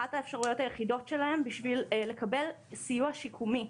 האפשרויות היחידות שלהם בשביל לקבל סיוע שיקומי.